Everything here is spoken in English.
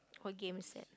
whole game set